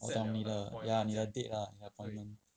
ya 我懂的你的 date lah 你的 appointment